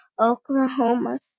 Oklahoma